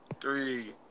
Three